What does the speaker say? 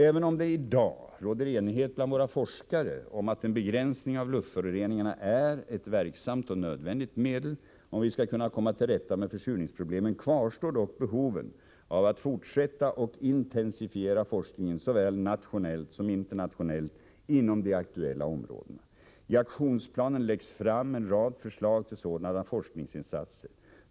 Även om det i dag råder enighet bland våra forskare om att en begränsning av luftföroreningarna är ett verksamt och nödvändigt medel om vi skall kunna komma till rätta med försurningsproblemen kvarstår dock behoven av att fortsätta och intensifiera forskningen såväl nationellt som internationellt inom de aktuella områdena. I aktionsplanen läggs fram en rad förslag till sådana forskningsinsatser.